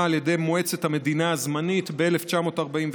על ידי מועצת המדינה הזמנית ב-1948,